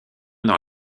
dans